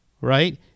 right